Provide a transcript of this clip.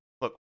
Look